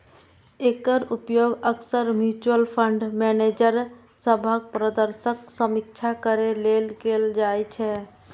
एकर उपयोग अक्सर mutual fund manager सभक प्रदर्शनक समीक्षा करै लेल कैल जाइ छै